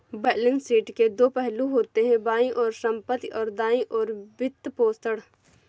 balance sheet के दो पहलू होते हैं, बाईं ओर संपत्ति, और दाईं ओर वित्तपोषण